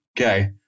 okay